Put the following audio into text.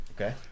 Okay